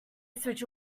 switch